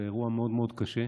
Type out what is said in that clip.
זה אירוע מאוד מאוד קשה.